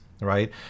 right